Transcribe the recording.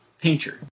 painter